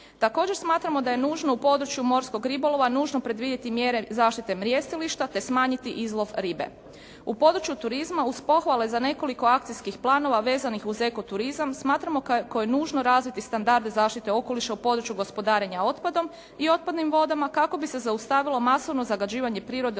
Također smatramo da je nužno u području morskog ribolova, nužno predvidjeti mjere zaštite mrjestilišta te smanjiti izlov ribe. U području turizma uz pohvale za nekoliko akcijskih planova vezanih uz eko turizam smatramo kako je nužno razviti standarde zaštite okoliša u području gospodarenja otpadom i otpadnim vodama kako bi se zaustavilo masovno zagađivanje prirode